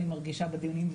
אני מרגישה בדיונים,